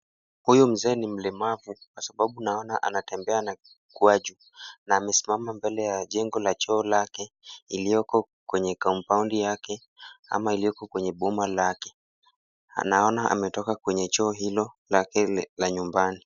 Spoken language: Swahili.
Huyu mzee ni mlemavu, kwa sababu naona anatembea na mkwaju na amesimama mbele ya jengo la choo lake iliyoko kwenye compound yake ama iliyoko kwenye boma lake. Naona ametoka kwenye choo hilo lake la nyumbani.